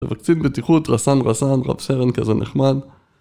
זה וקצין בטיחות, רסן רסן, רב סרן כזה נחמד